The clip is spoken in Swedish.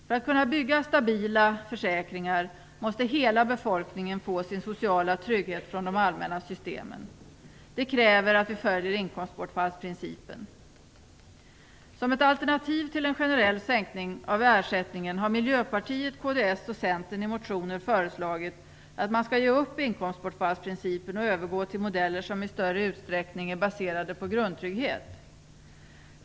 För att kunna bygga stabila försäkringar måste hela befolkningen få sin sociala trygghet från de allmänna systemen. Det kräver att vi följer inkomstbortfallsprincipen. Som ett alternativ till en generell sänkning av ersättningen har Miljöpartiet, kds och Centern i motioner föreslagit att man skall ge upp inkomstbortfallsprincipen och övergå till modeller som i större utsträckning är baserade på grundtrygghet.